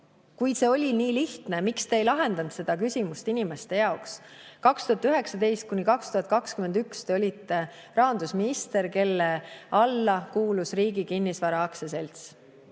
Kui see oli nii lihtne, miks te siis ei lahendanud seda küsimust inimeste jaoks? 2019–2021 te olite rahandusminister, kelle alla kuulus Riigi Kinnisvara Aktsiaselts.